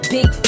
Big